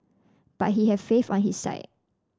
but he had faith on his side